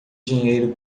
dinheiro